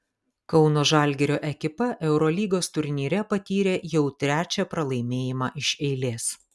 kauno žalgirio ekipa eurolygos turnyre patyrė jau trečią pralaimėjimą iš eilės